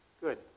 Good